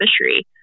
fishery